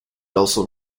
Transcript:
also